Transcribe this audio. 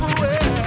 away